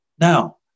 Now